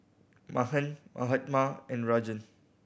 Mahan Mahatma and Rajan